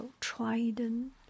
Trident